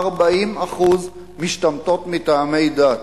40% משתמטות מטעמי דת,